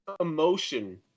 emotion